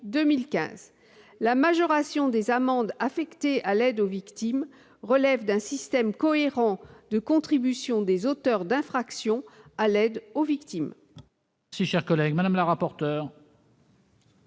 La majoration des amendes affectée à l'aide aux victimes relève d'un système cohérent de contribution des auteurs d'infractions à l'aide aux victimes.